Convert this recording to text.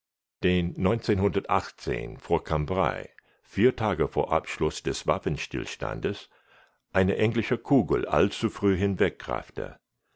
den vor cambrai vier tage vor abschluß des waffenstillstandes eine englische kugel allzufrüh